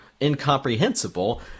incomprehensible